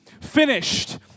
finished